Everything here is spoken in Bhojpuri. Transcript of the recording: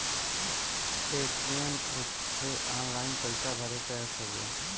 पेटीएम एक ठे ऑनलाइन पइसा भरे के ऐप हउवे